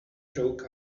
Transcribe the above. broke